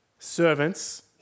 servants